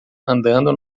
andando